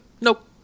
Nope